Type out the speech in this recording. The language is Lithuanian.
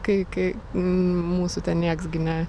kai kai mūsų ten nieks gi ne